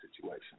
situation